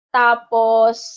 tapos